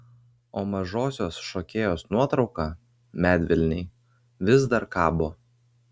o mažosios šokėjos nuotrauka medvilnėj vis dar kabo